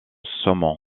saumon